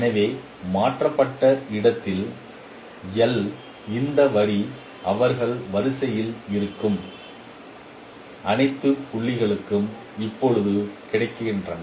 எனவே மாற்றப்பட்ட இடத்தில் இந்த வரி அவர்கள் வரிசையில் இருக்கும் அனைத்து புள்ளிகளும் இப்போது கிடக்கின்றன